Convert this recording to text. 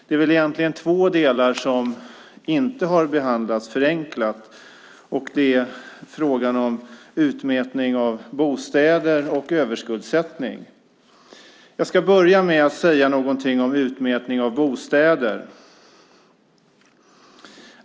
Det är egentligen två delar som inte har behandlats förenklat, och det är frågan om utmätning av bostäder och överskuldsättning. Jag ska börja med att säga någonting om utmätning av bostäder.